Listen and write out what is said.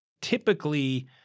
Typically